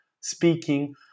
speaking